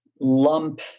lump